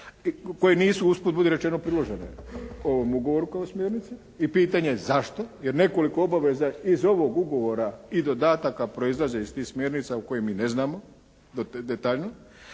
koji nisu usput budi rečeno priložene ovom ugovoru kao smjernice. I pitanje je zašto? Jer nekoliko obaveza iz ovog ugovora i dodataka proizlaze iz tih smjernica o kojima mi ne znamo detaljno.